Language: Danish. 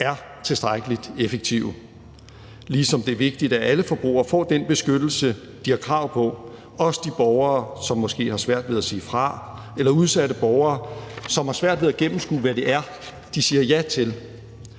er tilstrækkelig effektive, ligesom det er vigtigt, at alle forbrugere får den beskyttelse, de har krav på, også de borgere, som måske har svært ved at sige fra, eller udsatte borgere, som har svært ved at gennemskue, hvad det er, de siger ja til.